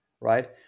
right